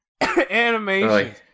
animation